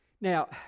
Now